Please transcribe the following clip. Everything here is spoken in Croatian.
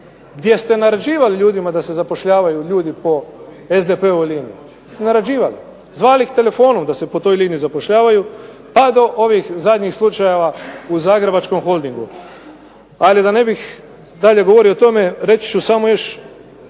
gdje ste naređivali ljudima da se zapošljavaju ljudi po SDP-ovoj liniji, to ste naređivali i zvali ih telefonom da se po toj liniji zapošljavaju, pa do ovih zadnjih slučajeva u Zagrebačkom Holdingu. Ali da ne bih dalje govorio o tome reći ću samo još